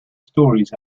stories